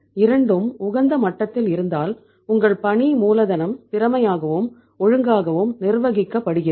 இரண்டும் உகந்த மட்டத்தில் இருந்தால் உங்கள் பணி மூலதனம் திறமையாகவும் ஒழுங்காகவும் நிர்வகிக்கப்படுகிறது